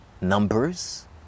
numbers